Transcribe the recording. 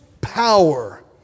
power